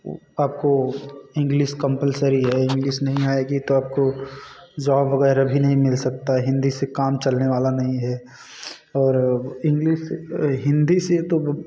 आपको English compulsory है English नहीं आएगी तो आपको जॉब वगैरह भी नहीं मिल सकता हिंदी से काम चलने वाला नहीं है और इंग्लिस हिंदी से तो